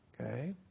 Okay